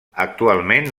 actualment